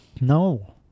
No